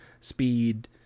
speed